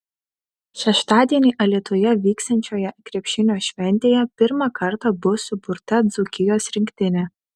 šeštadienį alytuje vyksiančioje krepšinio šventėje pirmą kartą bus suburta dzūkijos rinktinė